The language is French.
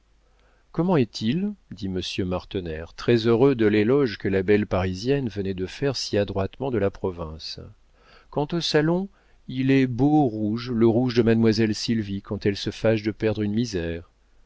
comment est-il dit monsieur martener très-heureux de l'éloge que la belle parisienne venait de faire si adroitement de la province quant au salon il est d'un beau rouge le rouge de mademoiselle sylvie quand elle se fâche de perdre une misère